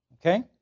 Okay